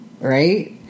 right